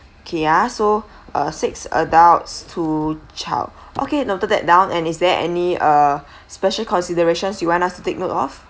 okay ah so err six adults two child okay noted that down and is there any uh special considerations you want us to take note of